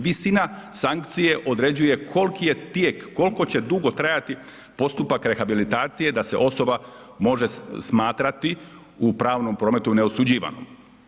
Visina sankcije određuje koliki je tijek, koliko će dugo trajati postupak rehabilitacije da se osoba može smatrati u pravnom prometu neosuđivanom.